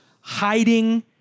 hiding